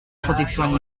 protection